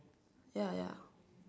ya ya